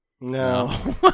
No